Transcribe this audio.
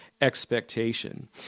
expectation